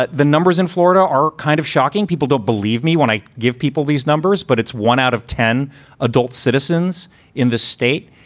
but the numbers in florida are kind of shocking people to believe me when i give people these numbers. but it's one out of ten adult citizens in the state.